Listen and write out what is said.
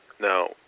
now